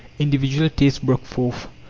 individual tastes broke forth,